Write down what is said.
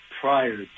prior